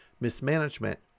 mismanagement